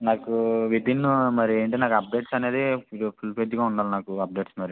నాకు విత్ఇన్ మరి ఏంటి నాకు అప్డేట్స్ అనేది ఫుల్ ప్లెడ్జ్గా ఉండాలి నాకు అప్డేట్స్ మరి